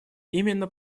именно